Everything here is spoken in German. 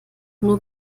nur